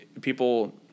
people